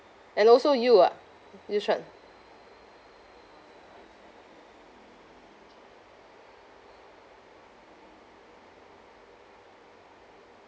and also you ah which one